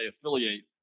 affiliate